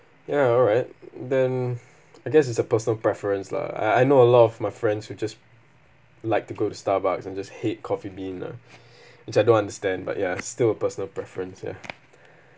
ya alright then I guess it's a personal preference lah I I know a lot of my friends who just like to go to Starbucks and just hate Coffee Bean lah which I don't understand but ya it's still a personal preference ya